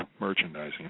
merchandising